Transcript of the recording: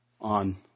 on